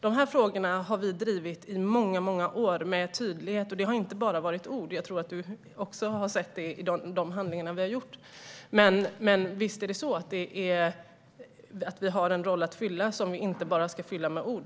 Dessa frågor har vi drivit i många år med tydlighet, och det har inte bara varit ord; det tror jag att du också har sett i våra handlingar. Men visst har vi absolut en roll att fylla, inte bara med ord.